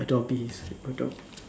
Adobe adob~